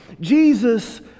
Jesus